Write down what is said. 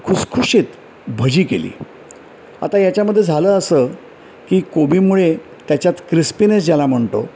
खुसखुशीत भजी केली आता याच्यामध्ये झालं असं की कोबीमुळे त्याच्यात क्रिस्पिनेस ज्याला म्हणतो